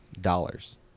Dollars